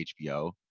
HBO